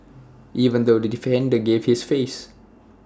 even though the defender gave this face